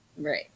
Right